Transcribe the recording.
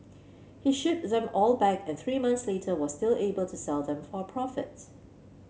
he shipped them all back and three months later was still able to sell them for a profits